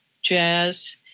jazz